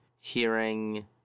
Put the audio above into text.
hearing